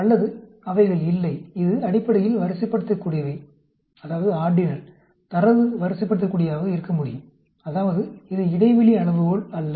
அல்லது அவைகள் இல்லை இது அடிப்படையில் வரிசைப்படுத்தக்கூடியவை தரவு வரிசைப்படுத்தக்கூடியவையாக இருக்க முடியும் அதாவது இது இடைவெளி அளவுகோல் அல்ல